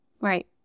Right